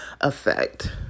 effect